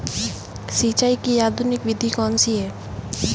सिंचाई की आधुनिक विधि कौनसी हैं?